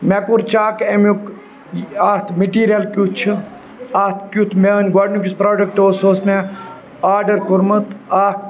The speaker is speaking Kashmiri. مےٚ کوٚر چَک اَمیُک اَتھ میٚٹیٖریَل کیُتھ چھِ اَتھ کیُتھ میٛٲنۍ گۄڈٕنیُک یُس پرٛوڈَکٹ اوس سُہ اوس مےٚ آرڈَر کوٚرمُت اَکھ